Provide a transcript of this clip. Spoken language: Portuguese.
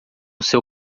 seu